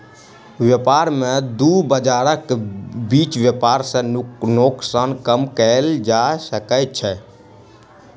व्यापार में दू बजारक बीच व्यापार सॅ नोकसान कम कएल जा सकै छै